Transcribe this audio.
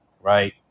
right